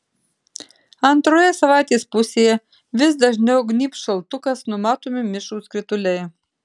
antroje savaitės pusėje vis dažniau gnybs šaltukas numatomi mišrūs krituliai